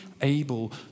able